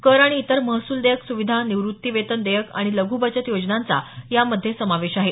कर आणि इतर महसूल देयक सुविधा निवृत्तवेतन देयक आणि लघू बचत योजनांचा यामध्ये समावेश आहे